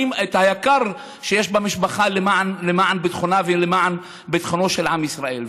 שיש במשפחה למען ביטחונו של עם ישראל.